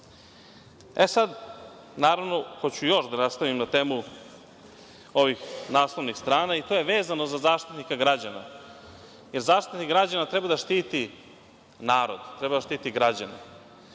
sad, naravno, hoću još da nastavim na temu ovih naslovnih strana, i to je vezano za Zaštitnika građana, jer Zaštitnik građana treba da štiti narod, treba da štiti građane,